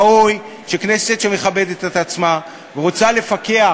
ראוי שכנסת שמכבדת את עצמה ורוצה לפקח